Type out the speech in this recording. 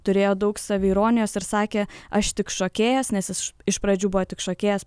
turėjo daug saviironijos ir sakė aš tik šokėjas nes jis iš pradžių buvo tik šokėjas